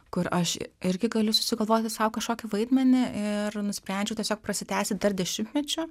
kur aš irgi galiu susigalvoti sau kažkokį vaidmenį ir nusprendžiau tiesiog prasitęsti dar dešimtmečiu